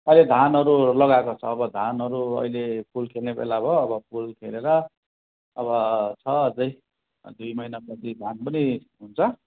अहिले धानहरू लगाएको छ अब धानहरू अहिले फुल खेल्ने बेला भयो अब फुल खेलेर अब छ अझै दुई महिनापछि धान पनि हुन्छ